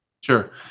Sure